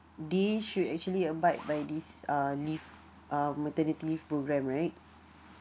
they should actually abide by this uh leave uh maternity leave program right